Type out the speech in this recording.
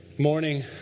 morning